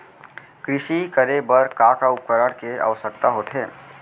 कृषि करे बर का का उपकरण के आवश्यकता होथे?